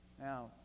Now